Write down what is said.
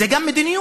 אבל זו גם מדיניות.